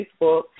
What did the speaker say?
Facebook